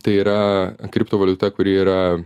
tai yra kriptovaliuta kuri yra